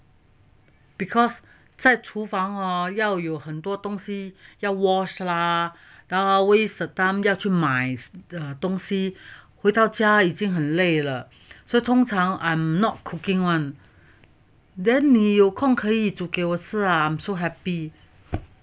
because 在厨房哈要有很多东西要 wash 啦然后要 waste the time 要去买东西回到家已经很累了所以通常 I'm not cooking one then 你有空可以煮给我吃啊 I'm so happy